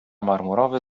marmurowy